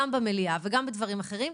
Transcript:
גם במליאה וגם בדברים אחרים,